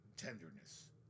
Tenderness